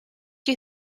you